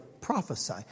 prophesy